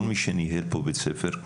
כל מי שניהל פה בית ספר,